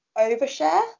overshare